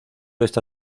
está